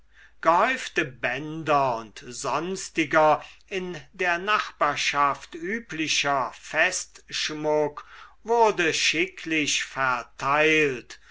gehäufte bänder und sonstiger in der nachbarschaft üblicher festschmuck wurde schicklich verteilt